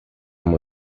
uma